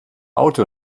auto